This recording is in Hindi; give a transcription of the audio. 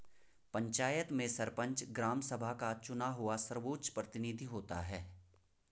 पंचायत में सरपंच, ग्राम सभा का चुना हुआ सर्वोच्च प्रतिनिधि होता है